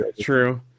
true